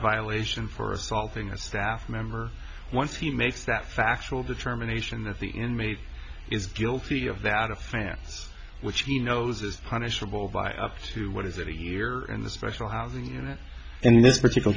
violation for assaulting a staff member once he makes that factual determination that the inmate is guilty of that of france which he knows is punishable by up to what is it a year in the special housing unit in this particular